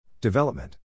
Development